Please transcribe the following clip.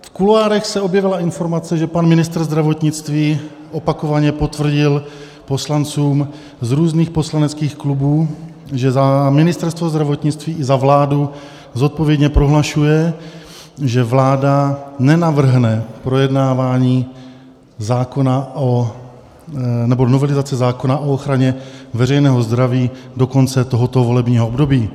V kuloárech se objevila informace, že pan ministr zdravotnictví opakovaně potvrdil poslancům z různých poslaneckých klubů, že za Ministerstvo zdravotnictví i za vládu zodpovědně prohlašuje, že vláda nenavrhne projednávání zákona nebo novelizaci zákona o ochraně veřejného zdraví do konce tohoto volebního období.